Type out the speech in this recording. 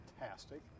fantastic